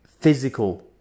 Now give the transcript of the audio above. physical